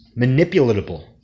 manipulatable